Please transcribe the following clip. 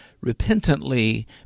repentantly